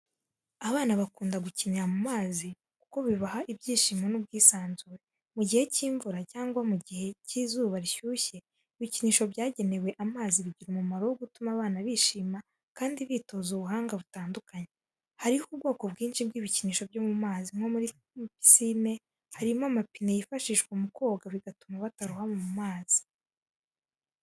Abana bakunda gukinira mu mazi kuko bibaha ibyishimo n’ubwisanzure. Mu gihe cy’imvura cyangwa mu gihe cy’izuba rishyushye, ibikinisho byagenewe amazi bigira umumaro wo gutuma abana bishima kandi bitoza ubuhanga butandukanye. Hariho ubwoko bwinshi bw’ibikinisho byo mu mazi, nko mu mapisine harimo amapine yifashishwa mu koga, bigatuma batarohama mu mazi.